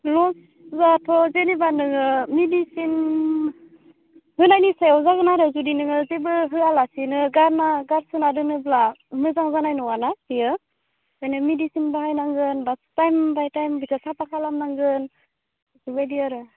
लसाथ' जेनोब्ला नोङो मेडिसिन होनायनि सायाव जागोन आरो जुदि नोङो जेबो होआलासेनो गारना गारसोना दोनोब्ला मोजां जानाय नङाना बियो जेनो मेडिसिन बाहायनांगोन बा टाइम बाय टाइम बिखो साफा खालामनांगोन बेफोरबायदि आरो